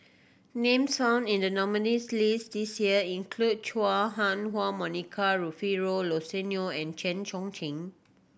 names found in the nominees' list this year include Chua Ha Huwa Monica Rufino and Chen